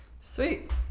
sweet